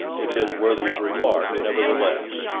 it is worthy of remark, nevertheless.